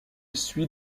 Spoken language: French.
suit